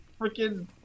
freaking